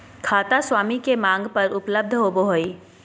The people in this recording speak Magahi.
खाता स्वामी के मांग पर उपलब्ध होबो हइ